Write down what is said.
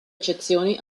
eccezioni